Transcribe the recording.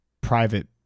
private